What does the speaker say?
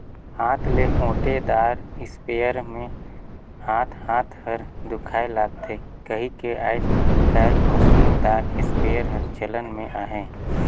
हाथ ले ओटे दार इस्पेयर मे हाथ हाथ हर दुखाए लगथे कहिके आएज काएल मसीन दार इस्पेयर हर चलन मे अहे